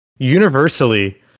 Universally